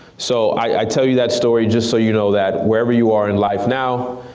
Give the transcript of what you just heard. so i tell you that story just so you know that wherever you are in life now,